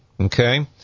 Okay